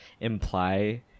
imply